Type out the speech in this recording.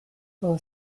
for